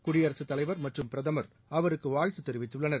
குடிரயகத்தலைவர் மற்றும் பிரதமர் அவருக்கு வாழ்த்துத் தெரிவித்துள்ளனர்